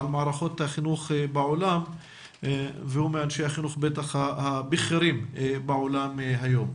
על מערכות החינוך בעולם והוא מאנשי החינוך בטח הבכירים בעולם היום.